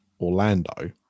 orlando